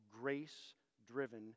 grace-driven